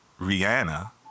Rihanna